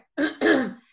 okay